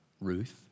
Ruth